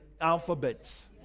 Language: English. alphabets